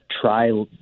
try